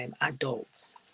adults